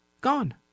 Gone